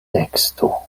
teksto